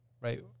right